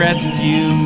Rescue